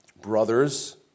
brothers